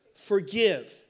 forgive